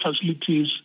facilities